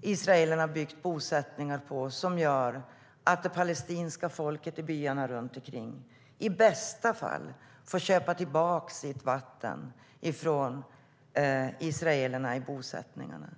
israelerna byggt bosättningar, vilket gör att det palestinska folket i byarna runt omkring i bästa fall får köpa tillbaka sitt vatten från de israeliska bosättarna.